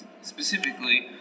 Specifically